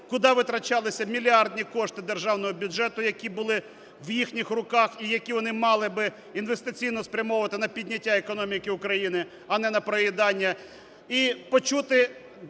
куди витрачалися мільярдні кошти державного бюджету, які були в їхніх руках і які вони мали би інвестиційно спрямовувати на підняття економіки України, а не на проїдання.